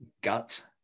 gut